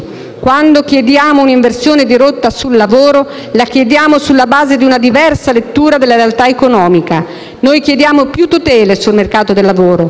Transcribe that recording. Quando chiediamo un'inversione di rotta sul lavoro, la chiediamo sulla base di una diversa lettura della realtà economica. Noi chiediamo più tutele sul mercato del lavoro,